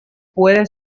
puede